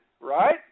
Right